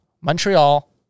Montreal